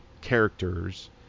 characters –